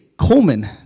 Coleman